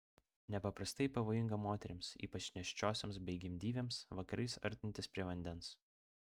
nepaprastai pavojinga moterims ypač nėščiosioms bei gimdyvėms vakarais artintis prie vandens